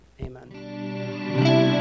amen